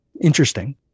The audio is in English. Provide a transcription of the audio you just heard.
Interesting